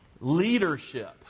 leadership